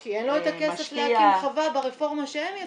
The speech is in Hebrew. משקיע -- כי אין לו את הכסף להקים חווה ברפורמה שהם יצרו.